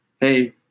hey